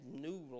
new